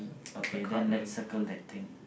okay then let's circle that thing